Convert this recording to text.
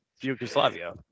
Yugoslavia